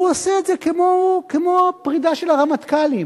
הוא עושה את זה כמו הפרידה של הרמטכ"לים.